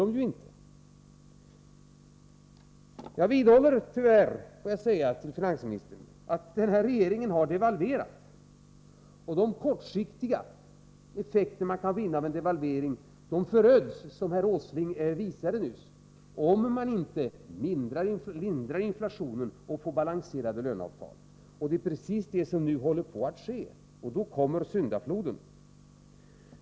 Varför skulle de göra det? Det behöver de ju inte. Regeringen har devalverat och de kortsiktiga effekter man kan vinna med devalveringen föröds — som herr Åsling nyss visade — om man inte mildrar inflationen och får balanserade löneavtal. Det är precis det som nu håller på att ske — och då kommer syndafloden.